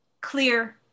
Clear